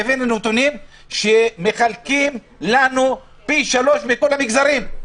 והבאנו נתונים שמחלקים לנו פי שלושה מכל המגזרים.